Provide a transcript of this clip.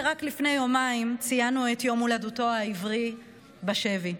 שרק לפני יומיים ציינו את יום הולדתו העברי בשבי?